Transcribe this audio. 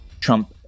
Trump